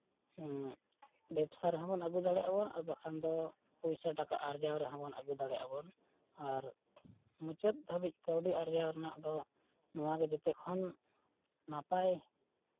ᱵᱮᱵᱽᱥᱟ ᱨᱮᱦᱚᱸ ᱵᱚᱱ ᱟᱹᱜᱩ ᱫᱟᱲᱮᱭᱟᱜ ᱟᱵᱚᱱ ᱟᱨ ᱵᱟᱝᱠᱷᱟᱱ ᱫᱚ ᱯᱚᱭᱥᱟ ᱴᱟᱠᱟ ᱟᱨᱡᱟᱣ ᱨᱮᱦᱚᱸᱵᱚᱱ ᱟᱹᱜᱩ ᱫᱟᱲᱮᱭᱟᱜᱼᱟ ᱵᱚᱱ ᱟᱨ ᱢᱩᱪᱟᱹᱫ ᱦᱟᱹᱵᱤᱡ ᱠᱟᱹᱣᱰᱤ ᱟᱨᱡᱟᱣ ᱨᱮᱱᱟᱜ ᱫᱚ ᱱᱚᱣᱟᱜᱮ ᱡᱮᱛᱮ ᱠᱷᱚᱱ ᱱᱟᱯᱟᱭ